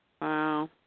wow